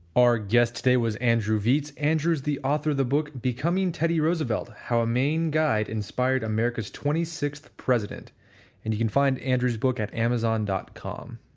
our guest today was andrew vietze. andrew is the author of the book becoming teddy roosevelt how a maine guide inspired america's twenty sixth president and you can find andrew's book at amazon dot com.